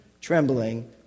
trembling